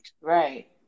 Right